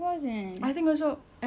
human would end and stuff